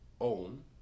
own